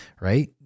right